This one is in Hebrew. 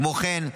כמו כן,